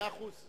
מאה אחוז.